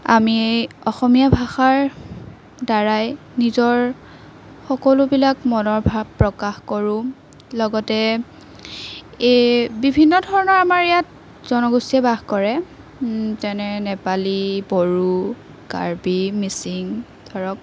আমি অসমীয়া ভাষাৰ দ্ৱাৰাই নিজৰ সকলোবিলাক মনৰ ভাৱ প্ৰকাশ কৰোঁ লগতে এই বিভিন্ন ধৰণৰ আমাৰ ইয়াত জনগোষ্ঠীয়ে বাস কৰে যেনে নেপালী বড়ো কাৰ্বি মিচিং ধৰক